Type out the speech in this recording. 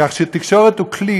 כך שהתקשורת היא כלי,